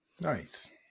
Nice